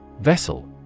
Vessel